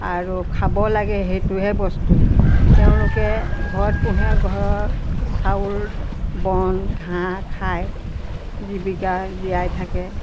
আৰু খাব লাগে সেইটোহে বস্তু তেওঁলোকে ঘৰত পোহে ঘৰৰ চাউল বন ঘাঁহ খাই জীৱিকা জীয়াই থাকে